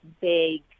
big